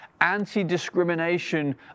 anti-discrimination